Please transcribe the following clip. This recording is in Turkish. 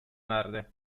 verdi